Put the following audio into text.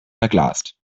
verglast